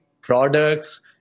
products